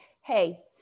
hey